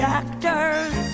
actors